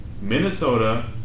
Minnesota